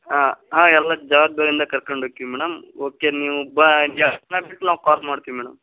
ಹಾಂ ಹಾಂ ಎಲ್ಲ ಜವಾಬ್ದಾರಿಯಿಂದ ಕರ್ಕೊಂಡು ಹೊಕ್ಕೀವಿ ಮೇಡಮ್ ಓಕೆ ನೀವು ಬಾ ಎರಡು ದಿನ ಬಿಟ್ಟು ನಾವು ಕಾಲ್ ಮಾಡ್ತೀವಿ ಮೇಡಮ್